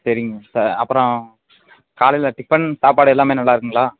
சரிங்க சார் அப்புறோம் காலையில் டிஃபன் சாப்பாடு எல்லாமே நல்லா இருக்குங்களா